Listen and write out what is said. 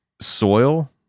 soil